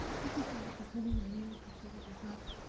thank you so much for coming, i really appreciated your talk.